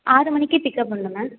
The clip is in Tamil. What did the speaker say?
ஆறு மணிக்கு பிக்கப் பண்ணணும் மேம்